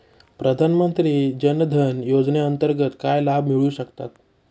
प्रधानमंत्री जनधन योजनेअंतर्गत काय लाभ मिळू शकतात?